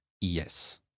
Yes